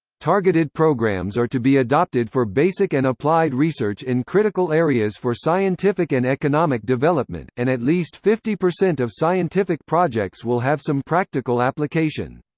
targeted programmes are to be adopted for basic and applied research in critical areas for scientific and economic development, and at least fifty percent of scientific projects will have some practical application.